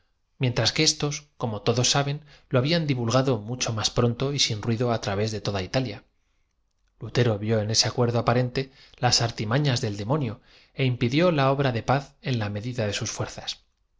mientras que éstoa como todos saben lo habían divulgado mucho ms pronto y sin raido á través de toda italiai lutero v ió en este acuerdo aparente laa artimañas del demonio é impidió la obra de paz en la medida de sus fuerzas